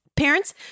parents